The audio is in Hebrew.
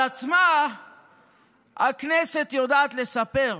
על עצמה הכנסת יודעת לספר.